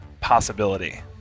possibility